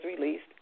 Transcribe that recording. released